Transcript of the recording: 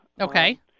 Okay